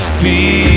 feel